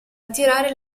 attirare